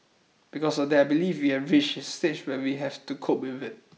because of that I believe we have reached a stage where we have to cope with it